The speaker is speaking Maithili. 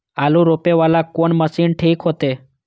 आलू रोपे वाला कोन मशीन ठीक होते?